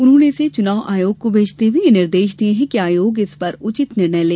उन्होंने इसे चुनाव आयोग को भेजते हुए यह निर्देश दिये थे कि आयोग इस पर उचित निर्णय ले